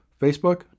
Facebook